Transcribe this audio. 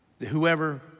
Whoever